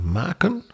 maken